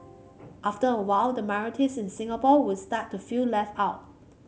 after a while the minorities in Singapore would start to feel left out